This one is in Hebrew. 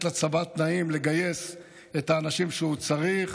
לצבא תנאים לגייס את האנשים שהוא צריך.